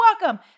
welcome